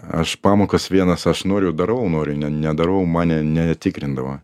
aš pamokas vienas aš noriu darau noriu ne nedarau mane netikrindavo